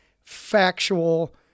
factual